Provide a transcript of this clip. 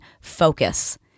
focus